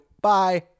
Bye